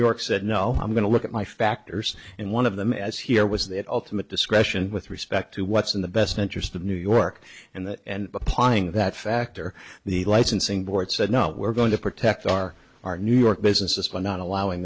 york said no i'm going to look at my factors and one of them as here was that ultimate discretion with respect to what's in the best interest of new york and that and applying that factor the licensing board said no we're going to protect our our new york businesses for not allowing